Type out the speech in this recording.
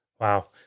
Wow